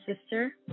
sister